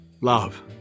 Love